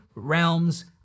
realms